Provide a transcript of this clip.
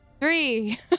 Three